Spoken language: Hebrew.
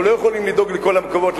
אנחנו לא יכולים לדאוג לכל המקומות.